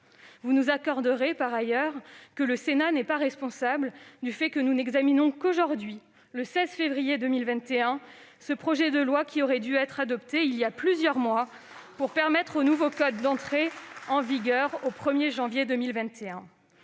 Vous nous l'accorderez, le Sénat n'est pas responsable du fait que nous n'examinions qu'aujourd'hui, le 16 février 2021, ce projet de loi qui aurait dû être adopté voilà plusieurs mois, pour permettre au nouveau code d'entrer en vigueur au 1 janvier 2021.